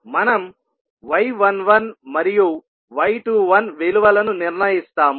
మనం y11 మరియు y21 విలువలను నిర్ణయిస్తాము